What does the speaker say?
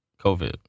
COVID